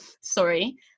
Sorry